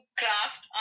craft